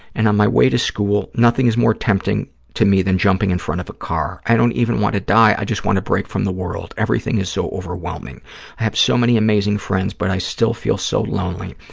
and on my way to school nothing is more tempting to me than jumping in front of a car. i don't even want to die. i just want a break from the world. everything is so overwhelming. i have so many amazing friends, but i still feel so lonely.